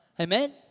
Amen